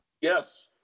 yes